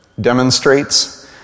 demonstrates